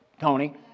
Tony